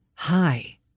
Hi